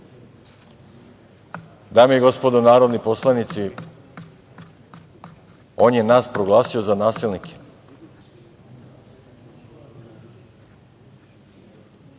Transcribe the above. i gospodo narodni poslanici, on je nas proglasio za nasilnike.